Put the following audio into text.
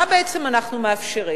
מה בעצם אנחנו מאפשרים?